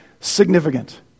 significant